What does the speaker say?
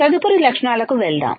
తదుపరి లక్షణాలకు వెళ్దాం